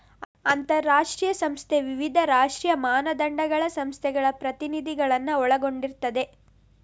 ಅಂತಾರಾಷ್ಟ್ರೀಯ ಸಂಸ್ಥೆ ವಿವಿಧ ರಾಷ್ಟ್ರೀಯ ಮಾನದಂಡಗಳ ಸಂಸ್ಥೆಗಳ ಪ್ರತಿನಿಧಿಗಳನ್ನ ಒಳಗೊಂಡಿರ್ತದೆ